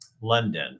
London